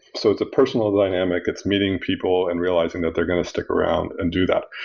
so it's a personal dynamic. it's meeting people and realizing that they're going to stick around and do that,